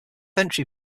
entry